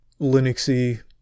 Linuxy